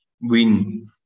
win